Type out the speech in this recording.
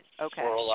okay